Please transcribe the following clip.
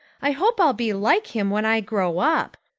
i hope i'll be like him when i grow up.